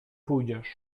pójdziesz